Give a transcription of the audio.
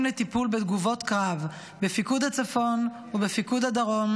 לטיפול בתגובות קרב בפיקוד הצפון ובפיקוד הדרום,